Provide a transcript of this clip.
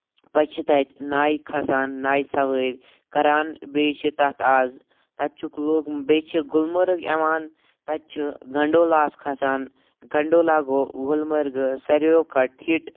پَتہٕ چھِ تَتہِ نایہِ کھسان نایہِ سَوٲر کران بیٚیہِ چھِ تَتھ آز تَتہِ چھُکھ لوٚگمُت بیٚیہِ چھِ گُلمَرٕگ یِوان تَتہِ چھُ گنڈولا ہس کھسان گَنڈولا گوٚو گُلمَرگہٕ سٲروٕیو کھۄتہٕ ہِٹ